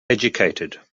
educated